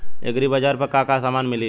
एग्रीबाजार पर का का समान मिली?